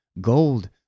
Gold